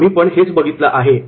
आम्ही पण हेच बघितलं आहे'